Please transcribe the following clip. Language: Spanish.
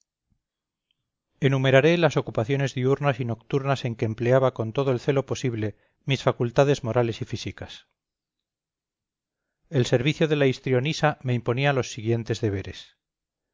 enumeraré las ocupaciones diurnas y nocturnas en que empleaba con todo el celo posible mis facultades morales y físicas el servicio de la histrionisa me imponía los siguientes deberes